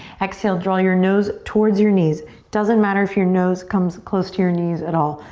exhale, draw your nose towards your knees. doesn't matter if your nose comes close to your knees at all.